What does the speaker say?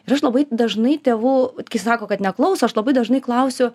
ir aš labai dažnai tėvų kai sako kad neklauso aš labai dažnai klausiu